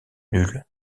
nulle